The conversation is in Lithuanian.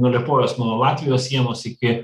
nuo liepojos nuo latvijos sienos iki